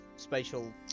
Spatial